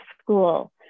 school